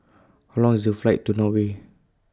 How Long IS The Flight to Norway